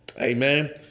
amen